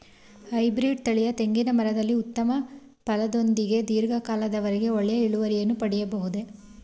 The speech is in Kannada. ಹೈಬ್ರೀಡ್ ತಳಿಯ ತೆಂಗಿನ ಮರದಲ್ಲಿ ಉತ್ತಮ ಫಲದೊಂದಿಗೆ ಧೀರ್ಘ ಕಾಲದ ವರೆಗೆ ಒಳ್ಳೆಯ ಇಳುವರಿಯನ್ನು ಪಡೆಯಬಹುದೇ?